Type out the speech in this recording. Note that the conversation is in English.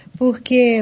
porque